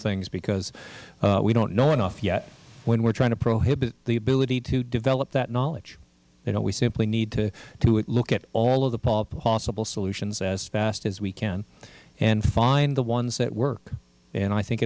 things because we don't know enough yet when we're trying to prohibit the ability to develop that knowledge we simply need to look at all of the possible solutions as fast as we can and find the ones that work and i think